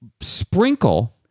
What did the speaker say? sprinkle